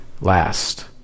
last